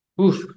Oof